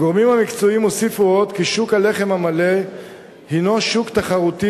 הגורמים המקצועיים הוסיפו עוד כי שוק הלחם המלא הינו שוק תחרותי,